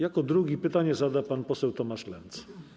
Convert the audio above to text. Jako drugi pytanie zada pan poseł Tomasz Lenz.